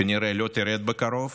כנראה לא תרד בקרוב,